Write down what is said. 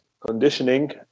conditioning